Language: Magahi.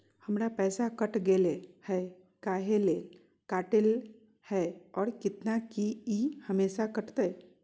हमर पैसा कट गेलै हैं, काहे ले काटले है और कितना, की ई हमेसा कटतय?